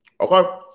Okay